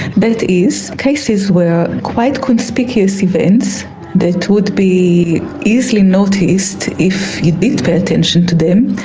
that is cases where quite conspicuous events that would be easily noticed if you did pay attention to them,